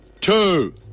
Two